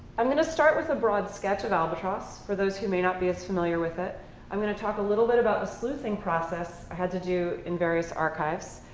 i'm going to start with a broad sketch of albatross, for those who may not be as familiar with it. i'm going to talk a little bit about the sleuthing process i had to do in various archives.